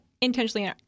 intentionally